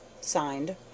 SIGNED